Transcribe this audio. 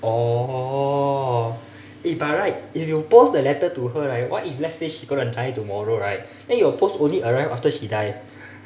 oh eh by right if you post the letter to her right what if let's say she gonna die tomorrow right then your post only arrive after she die